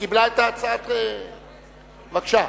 קיבלה את הצעת, בבקשה,